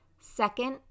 Second